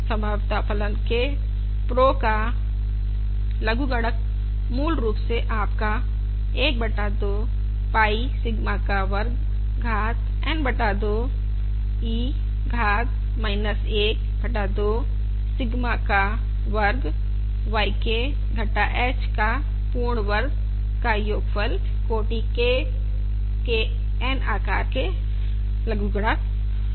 संभाव्यता फलन के प्रो pro का लघुगणक मूल रूप से आपका लघुगणक 1 बटा 2 पाई सिग्मा का वर्ग घात N बटा 2 e घात 1 बटा 2 सिग्मा का वर्ग समेशन K बराबर 1 से N yK घटा h का पूर्ण वर्ग हैं